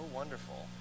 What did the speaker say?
wonderful